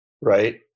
Right